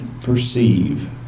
perceive